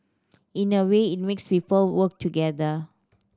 in a way it makes people work together